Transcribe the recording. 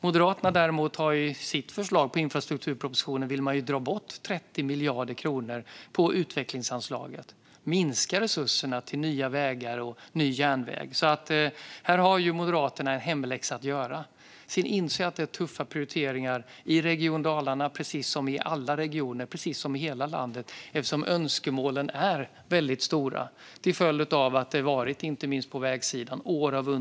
Moderaterna vill däremot i sitt förslag till infrastrukturpropositionen dra bort 30 miljarder kronor på utvecklingsanslaget och minska resurserna till nya vägar och ny järnväg. Här har Moderaterna en hemläxa att göra. Sedan måste man inse att det är tuffa prioriteringar i Region Dalarna precis som i alla regioner och i hela landet, eftersom önskemålen är väldigt stora till följd av år av underinvesteringar på vägsidan.